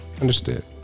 Understood